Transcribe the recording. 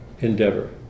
endeavor